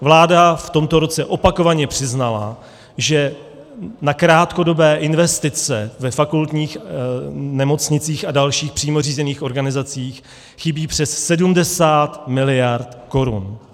Vláda v tomto roce opakovaně přiznala, že na krátkodobé investice ve fakultních nemocnicích a dalších přímo řízených organizacích chybí přes 70 mld. korun.